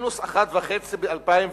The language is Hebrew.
מינוס 1.5% ב-2009,